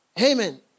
amen